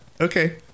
Okay